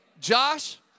Josh